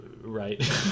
right